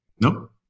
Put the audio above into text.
Nope